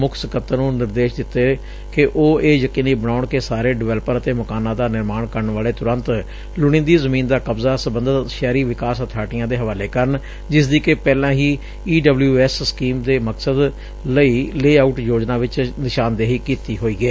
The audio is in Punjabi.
ਮੁੱਖ ਇਹ ਯਕੀਨੀ ਬਣਾਉਣ ਕਿ ਸਾਰੇ ਡਿਵੈਲਪਰ ਅਤੇ ਮਕਾਨਾਂ ਦਾ ਨਿਰਮਾਣ ਕਰਨ ਵਾਲੇ ਤੁਰੰਤ ਲੋੜੀਦੀ ਜ਼ਮੀਨ ਦਾ ਕਬਜ਼ਾ ਸਬੰਧਤ ਸ਼ਹਿਰੀ ਵਿਕਾਸ ਅਬਾਰਟੀਆਂ ਦੇ ਹਵਾਲੇ ਕਰਨ ਜਿਸਦੀ ਕਿ ਪਹਿਲਾਂ ਹੀ ਈ ਡਬਲਿਊ ਐਸ ਸਕੀਮ ਦੇ ਮਕਸਦ ਲਈ ਲੇਅ ਆਊਟ ਯੋਜਨਾ ਵਿੱਚ ਨਿਸ਼ਾਨਦੇਹੀ ਕੀਤੀ ਹੋਈ ਏ